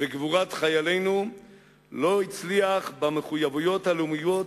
וגבורות חיילינו הוא לא הצליח במחויבויות הלאומיות